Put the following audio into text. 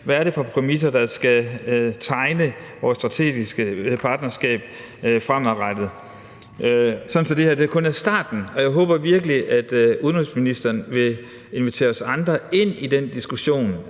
hvad det er for nogle præmisser, der skal være for vores strategiske partnerskab fremadrettet, sådan at det her kun er starten. Jeg håber virkelig, at udenrigsministeren vil invitere os andre ind i den diskussion,